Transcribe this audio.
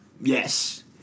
yes